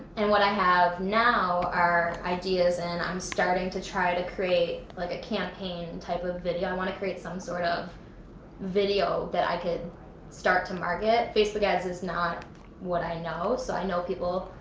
and what i have now are ideas, and i'm starting to try to create like a campaign type of video. i wanna create some sort of video that i could start to market. facebook ads is not what i know. so i know people.